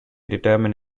determined